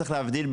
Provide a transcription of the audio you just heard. צריך להבדיל,